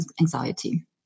anxiety